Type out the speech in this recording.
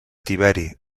tiberi